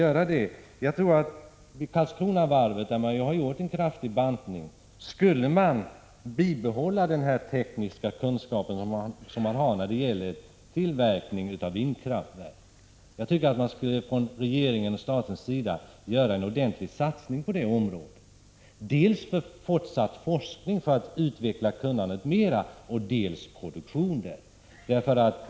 I Karlskronavarvet, där man ju har gjort en kraftig bantning, borde man bibehålla sin tekniska kunskap i fråga om tillverkning av vindkraftverk. Jag tycker att regeringen och staten skulle göra en ordentlig satsning på det området. Man borde satsa dels på en fortsatt forskning för att ytterligare öka kunnandet, dels på en produktion.